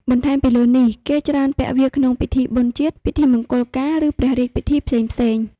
បន្ថែមពីលើនេះ គេច្រើនពាក់វាក្នុងពិធីបុណ្យជាតិ ពិធីមង្គលការ ឬព្រះរាជពិធីផ្សេងៗ។